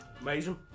Amazing